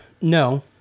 No